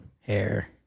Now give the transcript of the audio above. hair